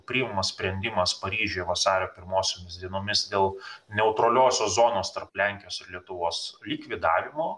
priimamas sprendimas paryžiuje vasario pirmosiomis dienomis dėl neutraliosios zonos tarp lenkijos ir lietuvos likvidavimo